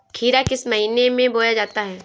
खीरा किस महीने में बोया जाता है?